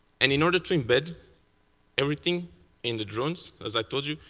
and in order to embed everything in the drones, as i told you,